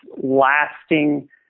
lasting